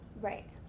Right